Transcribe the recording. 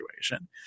situation